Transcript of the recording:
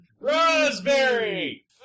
Raspberry